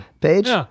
page